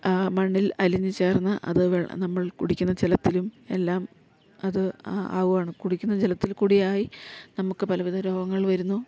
ആ മണ്ണിൽ അലിഞ്ഞു ചേർന്ന് അത് നമ്മൾ കുടിക്കുന്ന ജലത്തിലും എല്ലാം അത് ആവുവാണ് കുടിക്കുന്ന ജലത്തിൽ കൂടിയായി നമുക്ക് പലവിധ രോഗങ്ങൾ വരുന്നു